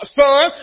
son